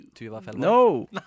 No